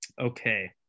okay